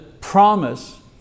promise